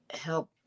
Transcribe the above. help